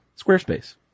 Squarespace